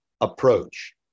approach